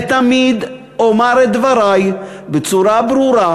ותמיד אומר את דברי בצורה ברורה,